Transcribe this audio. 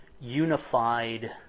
unified